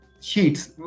sheets